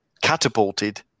catapulted